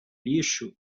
lixo